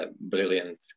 brilliant